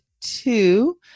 two